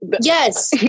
yes